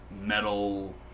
metal